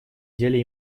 деле